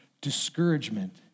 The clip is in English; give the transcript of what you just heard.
discouragement